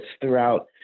throughout